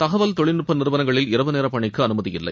தகவல் தொழில்நுட்ப நிறுவனங்களில் இரவு நேர பணிக்கு அனுமதி இல்லை